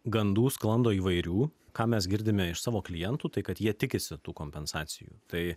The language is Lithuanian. gandų sklando įvairių ką mes girdime iš savo klientų tai kad jie tikisi tų kompensacijų tai